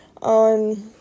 on